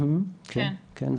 כן,